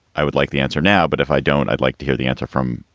i would like the answer now. but if i don't, i'd like to hear the answer from.